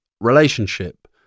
relationship